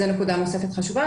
זאת נקודה נוספת חשובה.